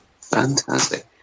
Fantastic